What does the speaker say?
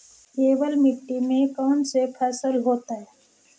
केवल मिट्टी में कौन से फसल होतै?